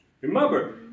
Remember